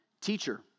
Teacher